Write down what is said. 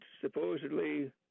supposedly